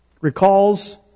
recalls